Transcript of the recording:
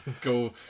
Go